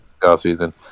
offseason